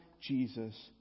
Jesus